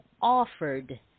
offered